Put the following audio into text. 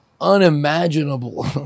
unimaginable